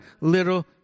little